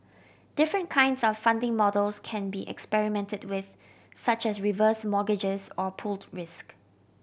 different kinds of funding models can be experimented with such as reverse mortgages or pooled risk